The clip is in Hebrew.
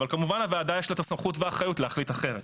אבל כמובן שלוועדה יש את הסמכות והאחריות להחליט אחרת.